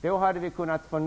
Då hade vi kunnat få